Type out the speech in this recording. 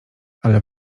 ale